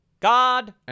God